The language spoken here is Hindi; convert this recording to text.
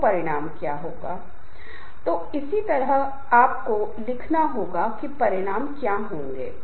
और दूसरा समूह कार्य है जो जटिलता और अन्योन्याश्रय है